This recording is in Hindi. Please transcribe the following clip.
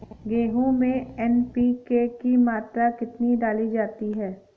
गेहूँ में एन.पी.के की मात्रा कितनी डाली जाती है?